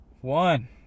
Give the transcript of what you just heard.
one